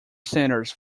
centers